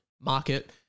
market